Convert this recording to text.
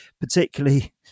particularly